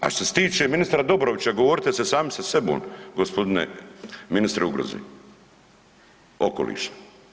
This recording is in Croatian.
A što se tiče ministra Dobrovića, dogovorite se sami sa sebom gospodine ministre ugroze okoliša.